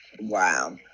Wow